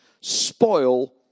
spoil